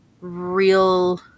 real